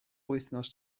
wythnos